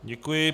Děkuji.